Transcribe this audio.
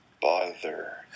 bother